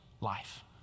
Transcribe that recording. life